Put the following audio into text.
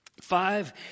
Five